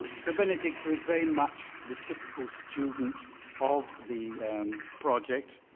so benedito is very much the typical student of the project.